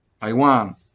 Taiwan